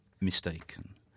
mistaken